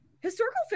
historical